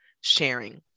sharing